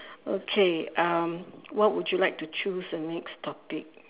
okay um what would you like to choose the next topic